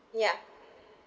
ya